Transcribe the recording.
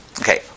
Okay